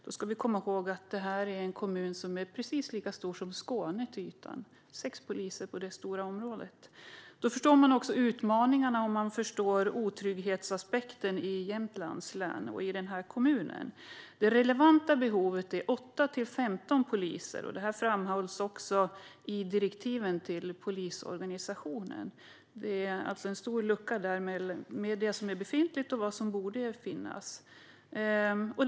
Då ska vi komma ihåg att det här är en kommun som är precis lika stor som Skåne till ytan. Det är alltså sex poliser på det stora området. Då förstår man också utmaningarna och otrygghetsaspekten i Jämtlands län och i den här kommunen. Det relevanta behovet är 8-15 poliser, och detta framhålls i direktiven till polisorganisationen. Det är alltså en stor lucka mellan det befintliga antalet poliser och det antal som det borde vara.